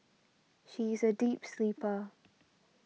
she is a deep sleeper